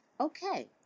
Okay